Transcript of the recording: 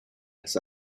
las